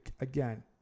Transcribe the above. again